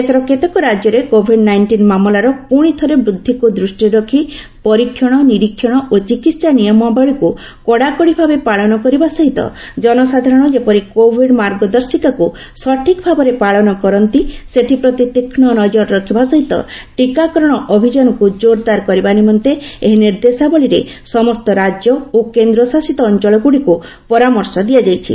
ଦେଶର କେତେକ ରାକ୍ୟରେ କୋଭିଡ ନାଇଷ୍ଟିନ ମାମଲାର ପୁଣିଥରେ ବୃଦ୍ଧିକୁ ଦୃଷ୍ଟିରେ ରଖି ପରୀକ୍ଷଣ ନିରୀକ୍ଷଣ ଓ ଚିକିତ୍ସା ନିୟମାବଳୀକୁ କଡାକଡିଭାବେ ପାଳନ କରିବା ସହିତ ଜନସାଧାରଣ ଯେପରି କୋଭିଡ୍ ମାର୍ଗଦର୍ଶିକାକୁ ସଠିକଭାବେ ପାଳନ କରନ୍ତି ସେଥିପ୍ରତି ତୀକ୍ଷ୍ମ ନଜର ରଖିବା ସହିତ ଟିକାକରଣ ଅଭିଯାନକୁ ଜୋରଦାର କରିବା ନିମନ୍ତେ ଏହି ନିର୍ଦ୍ଦେଶାବଳୀରେ ସମସ୍ତ ରାଜ୍ୟ ଓ କେନ୍ଦ୍ରଶାସିତ ଅଞ୍ଚଳଗୁଡ଼ିକୁ ପରାମର୍ଶ ଦିଆଯାଇଛି